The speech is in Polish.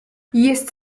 jest